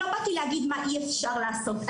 לא באתי להגיד מה אי-אפשר לעשות.